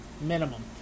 minimum